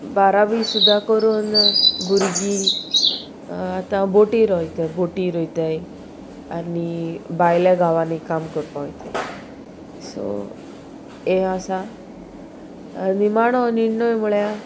बारावी सुद्दां करून भुरगीं आतां बोटीर वोयताय बोटीर वोयताय आनी भायल्या गांवांनी काम करपा वयताय सो हें आसा निमाणो निर्णय म्हळ्यार